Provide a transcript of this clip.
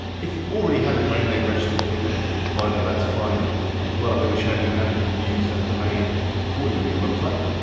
if you already had a domain name registered with a different provider, that's fine as well. i'm gonna be showing you how you can use that domain for your new website.